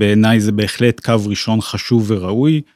בעיניי זה בהחלט קו ראשון חשוב וראוי.